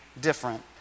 different